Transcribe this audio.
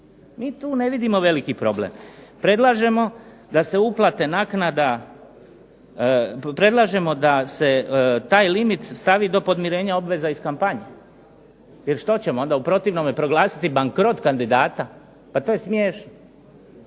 Mi tu ne vidimo veliki problem. Predlažemo da se uplate naknada, predlažemo da se taj limit stavi do podmirenja obveza iz kampanje, jer što ćemo onda u protivnome proglasiti bankrot kandidata? Pa to je smiješno.